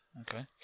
Okay